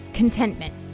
contentment